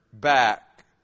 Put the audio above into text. back